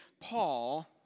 Paul